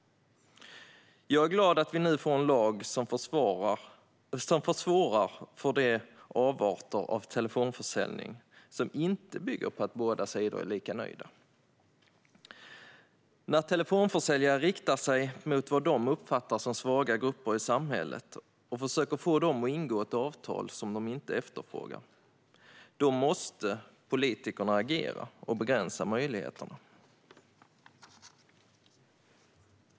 Jag är glad att vi nu får en lag som försvårar för de avarter av telefonförsäljning som inte bygger på att båda sidor är lika nöjda. När telefonförsäljare riktar in sig mot vad de uppfattar som svaga grupper i samhället och försöker få dem att ingå ett avtal som de inte efterfrågar måste politikerna agera och begränsa möjligheterna.